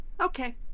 Okay